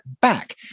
back